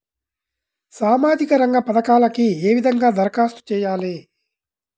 సామాజిక రంగ పథకాలకీ ఏ విధంగా ధరఖాస్తు చేయాలి?